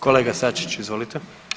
Kolega Sačić izvolite.